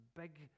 big